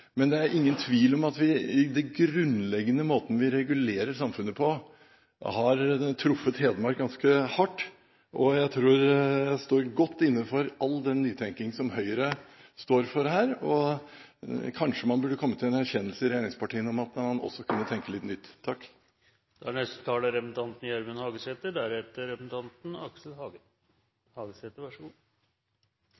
Men det er ingen tvil om at den grunnleggende måten vi regulerer samfunnet på, har truffet Hedmark ganske hardt, og jeg står godt inne for all den nytenkningen som Høyre står for her. Kanskje burde man i regjeringspartiene kommet til den erkjennelse at man også kan tenke litt nytt.